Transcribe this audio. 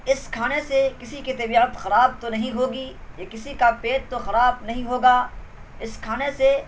اس کھانے سے کسی کی طبیعت خراب تو نہیں ہوگی یا کسی کا پیٹ تو خراب نہیں ہوگا اس کھانے سے